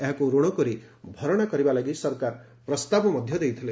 ଏହାକୁ ରଣ କରି ଭରଣା କରିବା ଲାଗି ସରକାର ପ୍ରସ୍ତାବ ଦେଇଥିଲେ